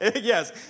Yes